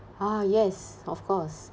ah yes of course